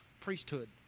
priesthood